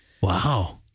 Wow